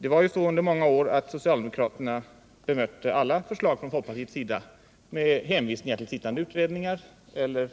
Det var under många år så, att socialdemokraterna bemötte alla förslag från folkpartiet med hänvisning till sittande utredningar eller med